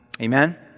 Amen